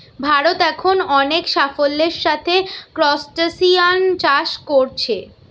ভারত এখন অনেক সাফল্যের সাথে ক্রস্টাসিআন চাষ কোরছে